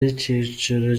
y’ikiciro